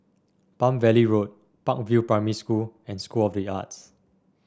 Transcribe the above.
Palm Valley Road Park View Primary School and School of the Arts